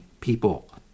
people